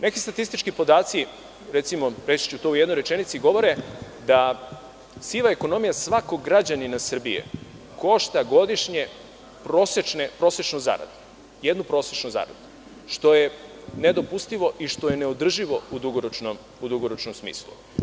Neki statistički podaci, recimo, reći ću to u jednoj rečenici, govore da siva ekonomija svakog građanina Srbije košta godišnje jednu prosečnu zaradu, što je nedopustivo i neodrživo u dugoročnom smislu.